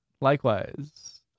Likewise